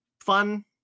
Fun